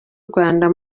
rwanda